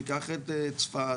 ניקח את צפת,